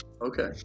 Okay